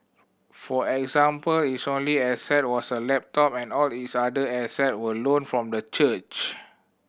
for example its only asset was a laptop and all its other asset were loaned from the church